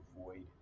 avoid